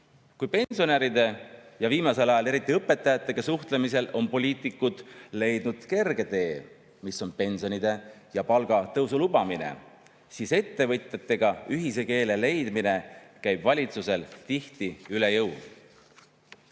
Kui pensionäride ja viimasel ajal eriti õpetajatega suhtlemisel on poliitikud leidnud kerge tee, mis on pensioni- ja palgatõusu lubamine, siis ettevõtjatega ühise keele leidmine käib valitsusel tihti üle jõu.